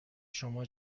شما